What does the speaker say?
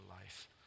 life